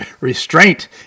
restraint